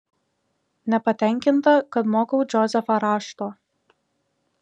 nepatenkinta kad mokau džozefą rašto